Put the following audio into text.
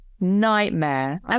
nightmare